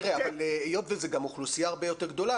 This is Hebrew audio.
אבל היות שזה גם אוכלוסייה הרבה יותר גדולה,